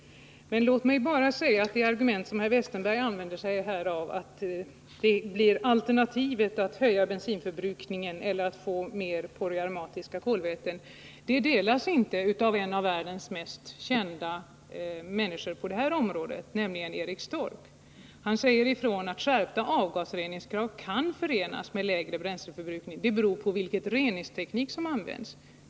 Men låt mig bara säga att det argument som herr Westerberg framför, nämligen att alternativen då blir att höja bensinförbrukningen eller att få mer av polyaromatiska kolväten, inte delas av en av världens mest kända forskare på området, nämligen Erik Stork. Han säger ifrån att skärpta avgasreningskrav kan förenas med lägre bränsleförbrukning: ”Det beror på vilken reningsteknik som används.